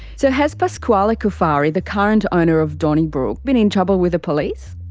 so has pasquale cufari, the current owner of donnybrook, been in trouble with the police?